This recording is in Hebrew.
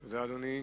תודה, אדוני.